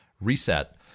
reset